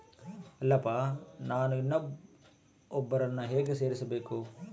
ಅಲ್ಲಪ್ಪ ನಾನು ಇನ್ನೂ ಒಬ್ಬರನ್ನ ಹೇಗೆ ಸೇರಿಸಬೇಕು?